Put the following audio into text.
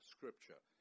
Scripture